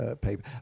paper